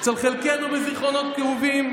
אצל חלקנו בזיכרונות כאובים,